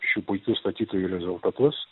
šių puikių statytojų rezultatus